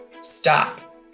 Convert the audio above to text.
stop